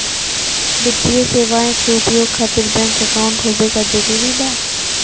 वित्तीय सेवाएं के उपयोग खातिर बैंक अकाउंट होबे का जरूरी बा?